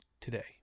today